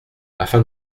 afin